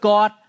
God